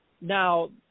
Now